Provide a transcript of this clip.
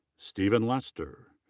steven lester.